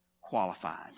qualified